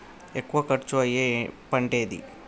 ఎక్కువ ఖర్చు అయ్యే పంటేది?